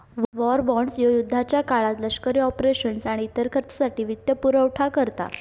war bonds ह्यो युद्धाच्या काळात लष्करी ऑपरेशन्स आणि इतर खर्चासाठी वित्तपुरवठा करता